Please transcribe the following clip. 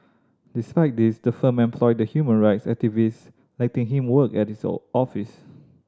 despite this the firm employed the human rights activist letting him work at its office